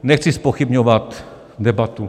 Nechci zpochybňovat debatu.